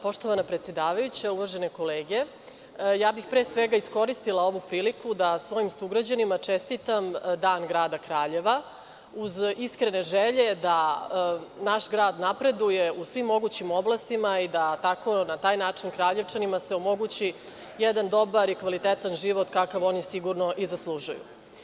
Poštovana predsedavajuća, uvažene kolege, pre svega bih iskoristila ovu priliku da svojim sugrađanima čestitam Dan grada Kraljeva, uz iskrene želje da naš grad napreduje u svim mogućim oblastima i da se na taj način Kraljevčanima omogući jedan dobar i kvalitetan život, kakav oni sigurno i zaslužuju.